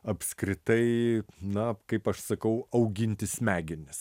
apskritai na kaip aš sakau auginti smegenis